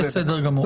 בסדר גמור.